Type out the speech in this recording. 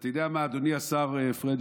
ואתה יודע מה, אדוני השר פריג'?